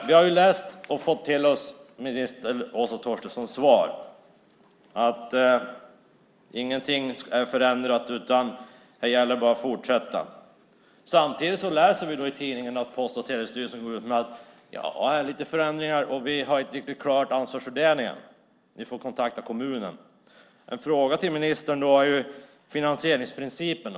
Vi har läst i minister Åsa Torstenssons svar att ingenting är förändrat, att det bara gäller att fortsätta. Samtidigt läser vi i tidningen att Post och telestyrelsen går ut med att det visst är förändringar, att ansvarsfördelningen inte är riktigt klar och att man får kontakta kommunen. Då har jag en fråga till ministern om finansieringsprincipen.